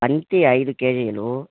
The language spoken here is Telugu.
బంతి ఐదు కేజీలు